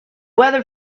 weather